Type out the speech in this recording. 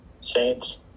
Saints